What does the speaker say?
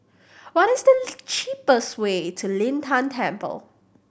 what is the cheapest way to Lin Tan Temple